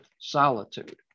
solitude